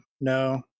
No